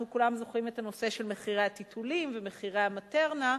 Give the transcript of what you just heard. אנחנו כולנו זוכרים את הנושא של מחירי הטיטולים ומחירי ה"מטרנה",